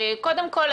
קודם כל,